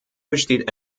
besteht